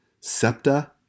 septa